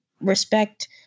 respect